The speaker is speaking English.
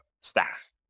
staff